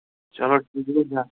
چلو